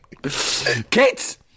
Kids